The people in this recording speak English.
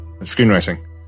Screenwriting